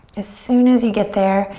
as soon as you get there,